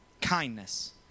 kindness